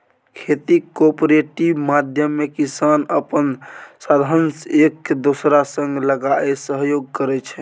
खेतीक कॉपरेटिव माध्यमे किसान अपन साधंश एक दोसरा संग लगाए सहयोग करै छै